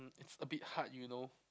it's a bit hard you know